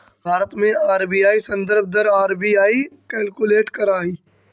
भारत में आर.बी.आई संदर्भ दर आर.बी.आई कैलकुलेट करऽ हइ